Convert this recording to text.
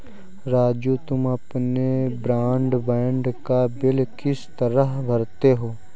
राजू तुम अपने ब्रॉडबैंड का बिल किस तरह भरते हो